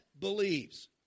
believes